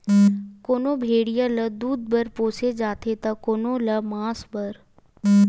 कोनो भेड़िया ल दूद बर पोसे जाथे त कोनो ल मांस बर